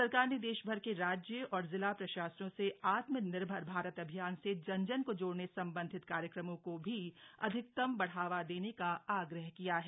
सरकार ने देशभर के राज्य और जिला प्रशासनों से आत्मानिर्भर भारत अभियान से जन जन को जोड़ने संबंधी कार्यक्रमों को भी अधिकतम बढ़ावा देने का आग्रह किया है